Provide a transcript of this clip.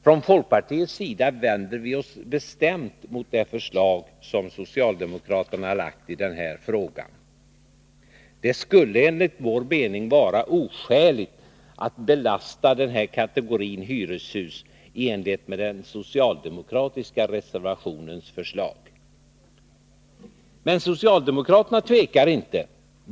Från folkpartiets sida vänder vi oss bestämt mot det förslag som socialdemokraterna har lagt fram i den här frågan. Det skulle enligt vår mening vara oskäligt att belasta den här kategorin Men socialdemokraterna tvekar inte.